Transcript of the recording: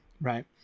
right